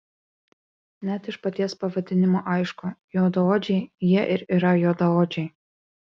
net iš paties pavadinimo aišku juodaodžiai jie ir yra juodaodžiai